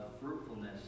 fruitfulness